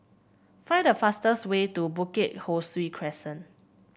find the fastest way to Bukit Ho Swee Crescent